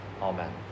Amen